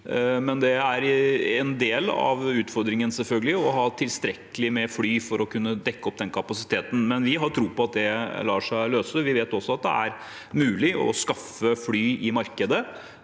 selvfølgelig en del av utfordringen å ha tilstrekkelig med fly for å kunne dekke opp den kapasiteten, men vi har tro på at det lar seg løse. Vi vet også at det er mulig å skaffe fly i markedet